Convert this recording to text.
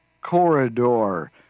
Corridor